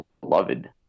beloved